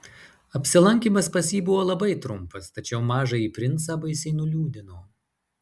apsilankymas pas jį buvo labai trumpas tačiau mažąjį princą baisiai nuliūdino